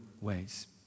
ways